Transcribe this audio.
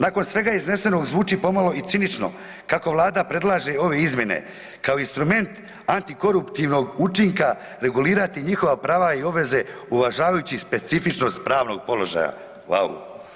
Nakon svega iznesenog zvuči pomalo i cinično kako Vlada predlaže ove izmjene kao instrument antikoruptivnog učinka regulirati njihova prava i obveze uvažavajući specifičnost pravnog položaja, vauu.